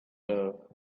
love